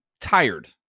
tired